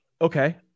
Okay